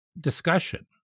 discussion